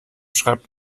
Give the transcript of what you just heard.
schreibt